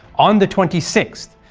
on the twenty sixth,